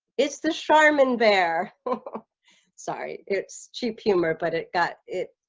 it's the charmin bear. oh sorry, it's cheap humor, but it got it